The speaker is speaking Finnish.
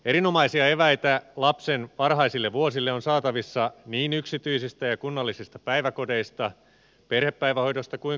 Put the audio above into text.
erinomaisia eväitä lapsen varhaisille vuosille on saatavissa niin yksityisistä ja kunnallisista päiväkodeista perhepäivähoidosta kuin kotihoidostakin